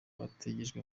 bategerejwe